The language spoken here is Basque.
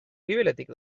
gibeletik